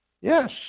Yes